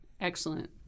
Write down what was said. Excellent